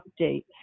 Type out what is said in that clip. update